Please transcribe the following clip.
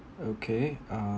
okay uh